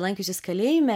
lankiusis kalėjime